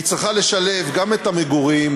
היא צריכה לשלב גם את המגורים,